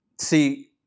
See